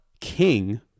King